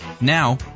Now